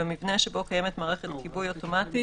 במבנה שבו קיימת מערכת כיבוי אוטומטי